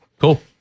cool